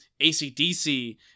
ACDC